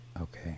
Okay